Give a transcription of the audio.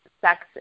sex